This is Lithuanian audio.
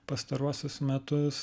pastaruosius metus